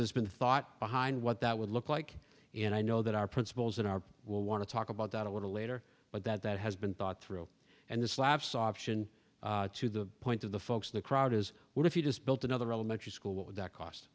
there's been a thought behind what that would look like and i know that our principals in our will want to talk about that a little later but that has been thought through and this lapse option to the point of the folks in the crowd is what if you just built another elementary school what would that cost